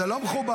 זה לא מכובד.